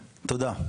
תודה.